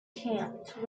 can’t